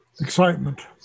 excitement